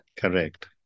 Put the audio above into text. Correct